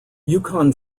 yukon